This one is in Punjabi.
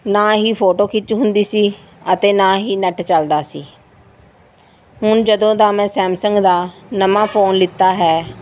ਨਾ ਹੀ ਫੋਟੋ ਖਿੱਚ ਹੁੰਦੀ ਸੀ ਅਤੇ ਨਾ ਹੀ ਨੈੱਟ ਚੱਲਦਾ ਸੀ ਹੁਣ ਜਦੋਂ ਦਾ ਮੈਂ ਸੈਮਸੰਗ ਦਾ ਨਵਾਂ ਫੋਨ ਲਿੱਤਾ ਹੈ